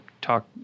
talk